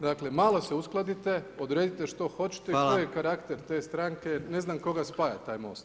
Dakle, malo se uskladite, odredite što hoćete [[Upadica: Hvala]] i koji je karakter te stranke, ne znam koga spaja taj Most.